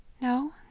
no